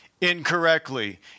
incorrectly